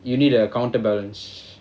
you need a counter balance